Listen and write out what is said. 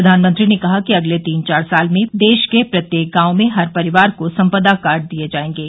प्रधानमंत्री ने कहा कि अगले तीन चार साल में देश के प्रत्येक गांव में हर परिवार को सम्पदा कार्ड दिये जायेंगे